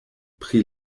pri